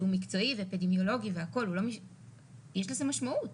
שהוא מקצועי ואפידמיולוגי, יש לזה משמעות.